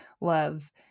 love